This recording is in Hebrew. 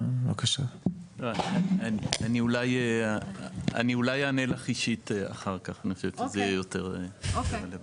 אני אולי אענה לך אישית אחר כך שזה יהיה יותר רלוונטי.